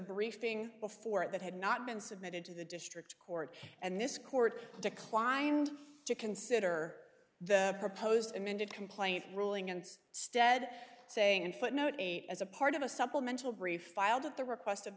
briefing before it had not been submitted to the district court and this court declined to consider the proposed amended complaint ruling in its stead saying in footnote eight as a part of a supplemental brief filed at the request of